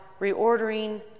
reordering